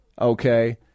okay